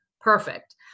perfect